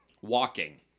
Walking